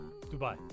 Dubai